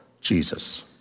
Jesus